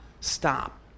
stop